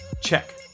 check